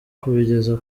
kubigeza